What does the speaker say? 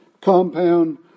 compound